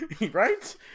Right